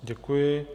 Děkuji.